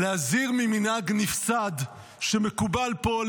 אני רוצה להזהיר ממנהג נפסד שמקובל פה,